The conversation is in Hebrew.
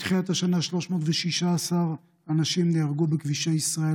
מתחילת השנה 316 אנשים נהרגו בכבישי ישראל.